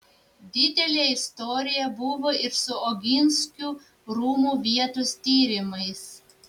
didelė istorija buvo ir su oginskių rūmų vietos tyrimais